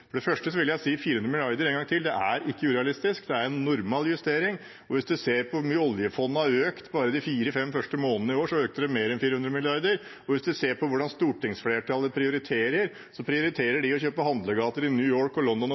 er urealistisk, det er en normal justering. Det er bare å se på hvor mye oljefondet har økt bare de fire–fem første månedene i år, det økte med mer enn 400 mrd. kr, eller en kan se på hvordan stortingsflertallet prioriterer: De prioriterer å kjøpe handlegater i New York, London og